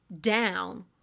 down